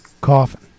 Coffin